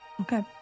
Okay